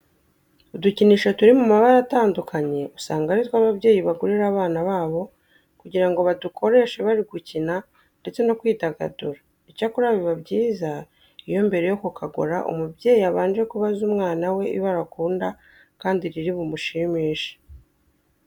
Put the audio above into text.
Udukinisho turi mu mabara atandukanye usanga ari two ababyeyi bagurira abana babo kugira ngo badukoreshe bari gukina ndetse no kwidagadura. Icyakora biba byiza iyo mbere yo kukagura umubyeyi abanje kubaza umwana we ibara akunda kandi riri bumushimishe.